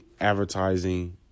advertising